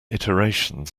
iterations